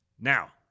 Now